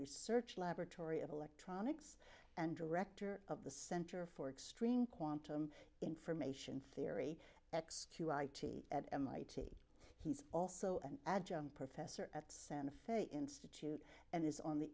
research laboratory of electronics and director of the center for extreme quantum information theory x at mit he's also an adjunct professor at santa fe institute and is on the